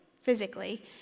physically